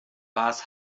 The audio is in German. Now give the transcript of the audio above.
was